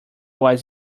was